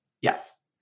Yes